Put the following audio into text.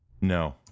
No